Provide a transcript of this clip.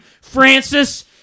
Francis